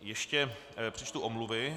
Ještě přečtu omluvy.